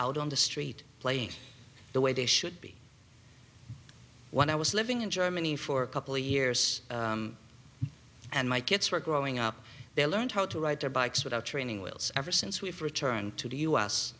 out on the street playing the way they should be when i was living in germany for a couple of years and my kids were growing up they learned how to ride their bikes without training wheels ever since we've returned to the u